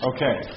Okay